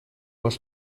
вас